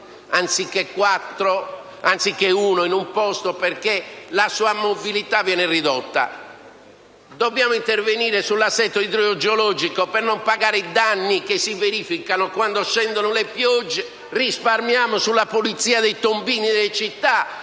anziché uno perché la sua mobilità viene ridotta. Dobbiamo intervenire sull'assetto idrogeologico per non pagare i danni che si verificano in caso di pioggia. Risparmiamo sulla pulizia dei tombini delle città